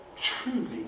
truly